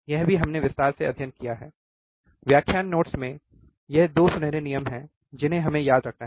यह भी हमने विस्तार से अध्ययन किया है व्याख्यान नोट्स में कि ये 2 सुनहरे नियम हैं जिन्हें हमें याद रखना है